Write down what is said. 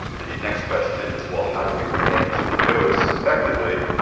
the next question is, well, how do we manage the dose effectively?